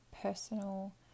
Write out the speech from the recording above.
personal